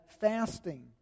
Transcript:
fasting